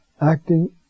acting